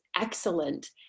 excellent